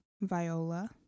Viola